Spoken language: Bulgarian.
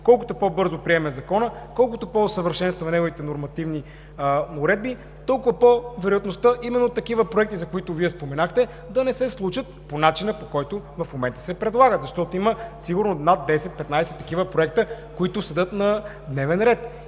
Колкото по-бързо приемем Закона, колкото по-усъвършенстваме неговите нормативни уредби, толкова вероятността именно такива проекти, за които Вие споменахте, да не се случат по начина, по който в момента се предлагат. Има сигурно над 10-15 такива проекта, които стоят на дневен ред,